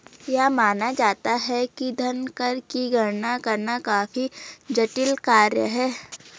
यह माना जाता है कि धन कर की गणना करना काफी जटिल कार्य है